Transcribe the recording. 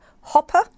Hopper